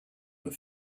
were